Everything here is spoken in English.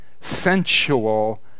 sensual